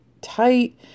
tight